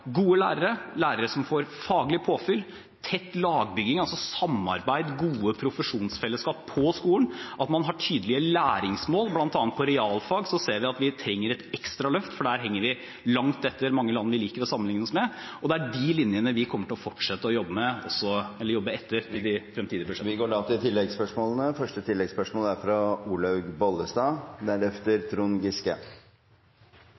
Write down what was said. gode lærere, lærere som får faglig påfyll, tett lagbygging, altså samarbeid, gode profesjonsfellesskap på skolen, og at man har tydelige læringsmål. Blant annet på realfag ser vi at vi trenger et ekstra løft, for der henger vi langt etter mange land vi liker å sammenligne oss med. Det er de linjene vi kommer til å fortsette å jobbe etter også